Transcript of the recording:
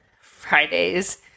Fridays